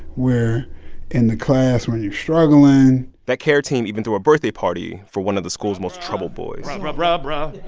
we're in the classroom when you're struggling that care team even threw a birthday party for one of the school's most troubled boys brah, brah, brah,